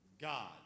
God